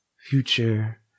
Future